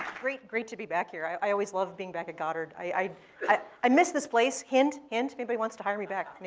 great, great to be back here. i always love being back at goddard. i i miss this place, hint, hint. anybody wants to hire me back.